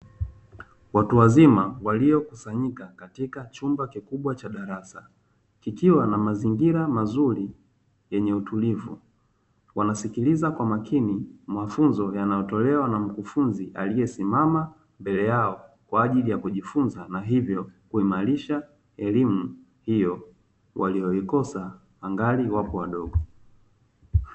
Watu wazima walio kusanyika katika chumba kikubwa cha darasa, kikiwa na mazingira mazuri yenye utulivu, wanasikiliza kwa makini mafunzo yanayotolewa na mkufunzi aliyesimama mbele yao kwa ajili ya kujifunza na hivyo kuimarisha elimu hiyo, walioikosa angali wapo wadogo.